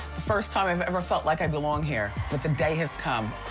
the first time i've ever felt like i belong here, but the day has come.